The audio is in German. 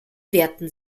werten